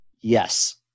Yes